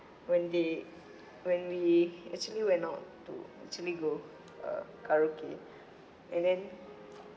when they when we actually went out to actually go err karaoke and then